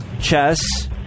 Chess